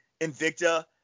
Invicta